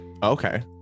Okay